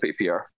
PPR